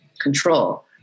control